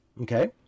okay